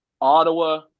Ottawa